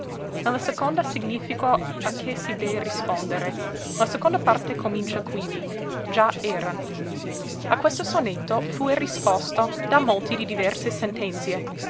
la seconda significo a che si dee rispondere la seconda parte comincia quivi già eran a questo sonetto fue risposto da molti e di diverse sentenzie